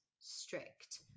strict